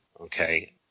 Okay